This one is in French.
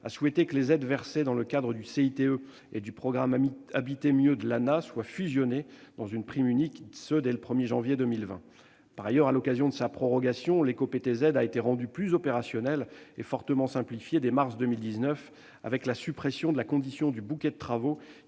a souhaité que les aides versées dans le cadre du CITE et du programme « Habiter mieux » soient fusionnées dans une prime unique dès le 1 janvier 2020. Par ailleurs, à l'occasion de sa prorogation, l'éco-PTZ a été rendu plus opérationnel et fortement simplifié, dès mars 2019 : la condition du bouquet de travaux